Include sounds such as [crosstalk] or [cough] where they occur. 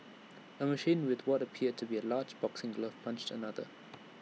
[noise] A machine with what appeared to be A large boxing glove punched another